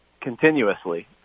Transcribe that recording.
continuously